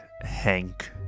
Hank